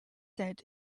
said